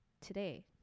today